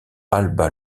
alba